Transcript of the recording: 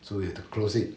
so we have to close it